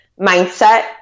mindset